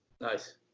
nice